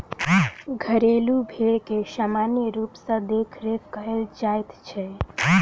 घरेलू भेंड़ के सामान्य रूप सॅ देखरेख कयल जाइत छै